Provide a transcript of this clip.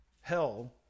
hell